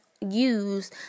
use